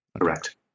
Correct